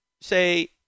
say